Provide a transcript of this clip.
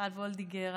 מיכל וולדיגר,